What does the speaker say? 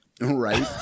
Right